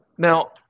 Now